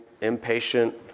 impatient